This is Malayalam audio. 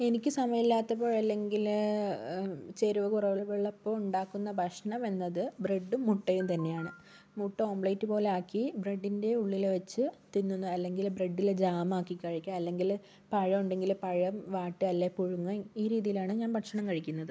എനിക്ക് സമായില്ലാത്തപ്പോഴ് അല്ലെങ്കില് ചേരുവ കുറവുള്ളപ്പോൾ ഉണ്ടാക്കുന്ന ഭക്ഷണം എന്നത് ബ്രഡ്ഡും മുട്ടയും തന്നെയാണ് മുട്ട ഓംലേറ്റ് പോലാക്കി ബ്രഡ്ഡിൻറ്റെ ഉള്ളില് വെച്ച് തിന്നുന്നു അല്ലെങ്കില് ബ്രഡ്ഡില് ജാമാക്കി കഴിക്കുക അല്ലെങ്കില് പഴോണ്ടെങ്കില് പഴം വാട്ടുക അല്ലെ പുഴുങ്ങുക ഈ രീതിയിലാണ് ഞാൻ ഭക്ഷണം കഴിക്കുന്നത്